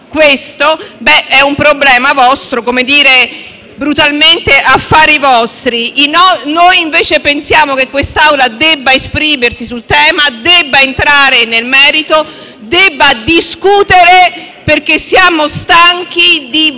questo è un problema vostro, brutalmente: sono affari vostri. Noi, invece, pensiamo che quest'Aula debba esprimersi sul tema, debba entrare nel merito e debba discutere, perché siamo stanchi di votare